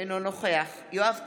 אינו נוכח יואב קיש,